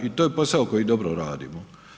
I to je posao koji dobro radimo.